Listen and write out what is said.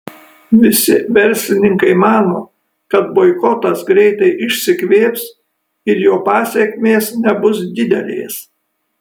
visi verslininkai mano kad boikotas greitai išsikvėps ir jo pasekmės nebus didelės